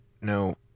No